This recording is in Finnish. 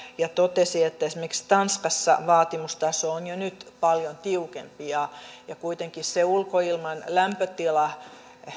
ja totesivat että esimerkiksi tanskassa vaatimustaso on jo nyt paljon tiukempi ja kuitenkin se ulkoilman lämpötila